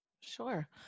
Sure